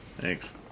Thanks